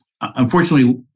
Unfortunately